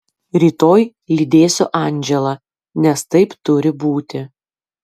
rytoj lydėsiu andželą nes taip turi būti